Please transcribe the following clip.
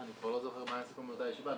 אני כבר לא זוכר מה היה הסיכום באותה ישיבה.